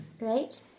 right